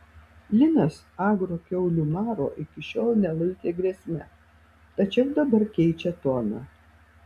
linas agro kiaulių maro iki šiol nelaikė grėsme tačiau dabar keičia toną